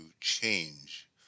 change